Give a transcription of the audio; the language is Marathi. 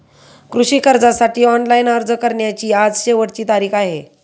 कृषी कर्जासाठी ऑनलाइन अर्ज करण्याची आज शेवटची तारीख आहे